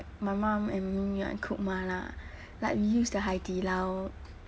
my mum and me right cook mala like we use the hai di lao